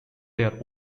their